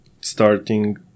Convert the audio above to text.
starting